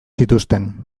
zituzten